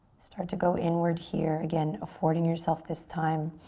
start to go inward here. again, affording yourself this time,